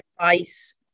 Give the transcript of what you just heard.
advice